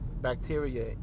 bacteria